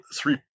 three